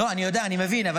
אני מבין.